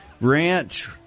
ranch